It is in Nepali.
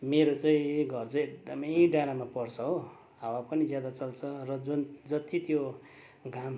मेरो चाहिँ घर चाहिँ एकदमै डाँडामा पर्छ हो हावा पनि ज्यादा चल्छ र जून जति त्यो घाम